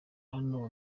hano